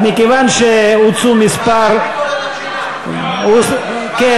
מכיוון שהוצעו כמה, ועדת ביקורת המדינה.